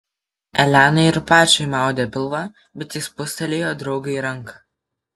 elenai ir pačiai maudė pilvą bet ji spustelėjo draugei ranką